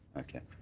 okay.